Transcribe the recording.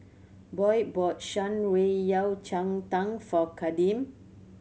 Boyd bought Shan Rui Yao Cai Tang for Kadeem